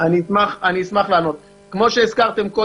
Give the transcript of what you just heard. כפי שהזכרתם,